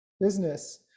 business